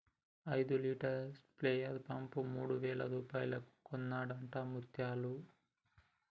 ఐదు లీటర్ల sprayer pump మూడు వేల రూపాయలకు కొన్నడట ముత్యాలు